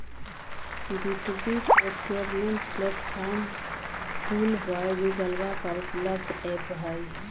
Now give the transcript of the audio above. B two B procurement platform tool by गूगलवा पर उपलब्ध ऐप हई